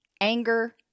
anger